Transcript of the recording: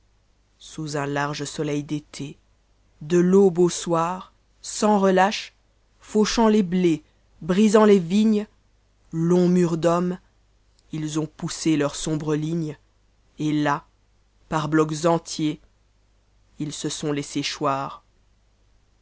sous un large soleil d'été de faute au soir sans relâche fauchant les blés brisant les vignes longs murs d'hommes ils ont poussé leurs sombres lignes et là par blocs entiers ils se sont laissés choir